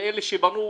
ואלה שבנו,